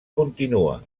continua